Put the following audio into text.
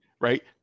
right